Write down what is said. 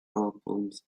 albums